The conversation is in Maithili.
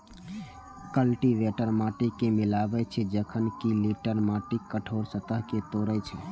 कल्टीवेटर माटि कें मिलाबै छै, जखन कि टिलर माटिक कठोर सतह कें तोड़ै छै